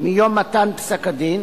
מיום מתן פסק-הדין